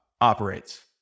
operates